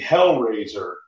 Hellraiser